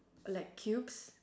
like cubes